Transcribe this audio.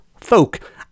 folk